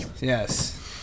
Yes